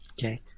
okay